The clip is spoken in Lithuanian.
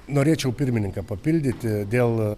norėčiau pirmininką papildyti dėl